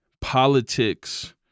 politics